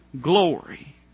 glory